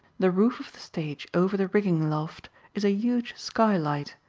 the roof of the stage over the rigging loft is a huge skylight,